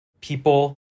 people